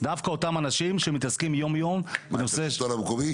דווקא את אותם אנשים שמתעסקים יום-יום בנושא --- השלטון המקומי?